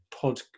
pod